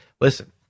listen